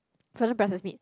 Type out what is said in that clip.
frozen processed meat